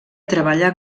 treballa